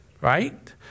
right